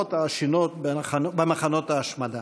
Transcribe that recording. הארובות העשנות במחנות ההשמדה.